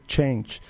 change